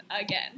again